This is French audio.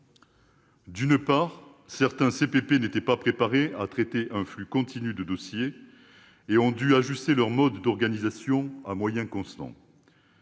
D'une part, certains CPP n'étaient pas préparés à traiter un flux continu de dossiers et ont dû ajuster leur mode d'organisation à moyens constants.